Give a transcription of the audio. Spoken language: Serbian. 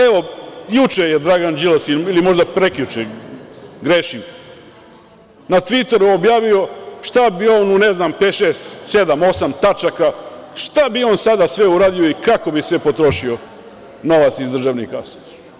Evo, juče je Dragan Đilas ili možda prekjuče, grešim, na Tviteru objavio šta bi on u, ne znam, pet, šest, sedam, osam tačaka šta bi on sve sada uradio i kako bi se potrošio novac iz državnih kasa.